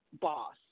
boss